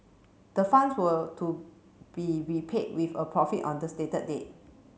the funds were to be repaid with a profit on the stated date